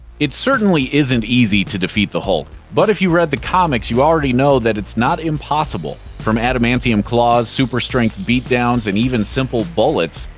it certainly isn't easy to defeat the hulk, but if you've read the comics, you already know that it's not impossible. from adamantium claws, super-strength beatdowns, and even simple bullets,